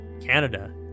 Canada